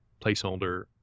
placeholder